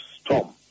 storm